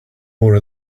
more